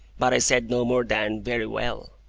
but i said no more than, very well.